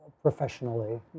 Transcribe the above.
Professionally